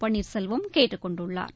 பன்னீர்செல்வம் கேட்டுக் கொண்டுள்ளாா்